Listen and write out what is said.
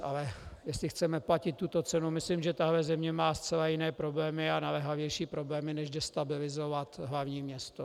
Ale jestli chceme platit tuto cenu, myslím, že tato země má zcela jiné problémy a naléhavější problémy, než destabilizovat hlavní město.